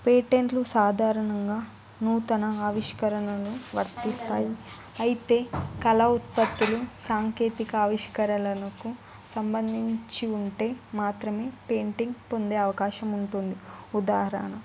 పేటెంట్లు సాధారణంగా నూతన ఆవిష్కరణలను వర్తిస్తాయి అయితే కళా ఉత్పత్తులు సాంకేతిక ఆవిష్కరణలకు సంబంధించి ఉంటే మాత్రమే పెయింటింగ్ పొందే అవకాశం ఉంటుంది ఉదాహరణ